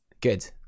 Good